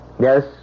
Yes